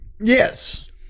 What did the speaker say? Yes